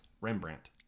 Rembrandt